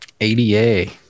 ada